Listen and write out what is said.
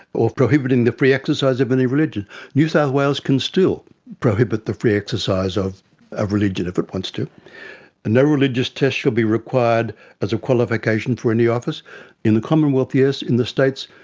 or prohibiting the free exercise of any religion new south wales can still prohibit the free exercise of a religion if it wants to. and no religious test shall be required as a qualification for any office in the commonwealth, yes, in the states,